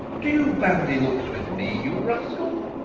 do you bandy looks with me, you rascal?